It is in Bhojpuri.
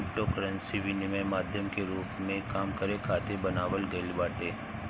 क्रिप्टोकरेंसी के विनिमय माध्यम के रूप में काम करे खातिर बनावल गईल बाटे